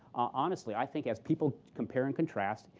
honestly, i think as people compare and contrast,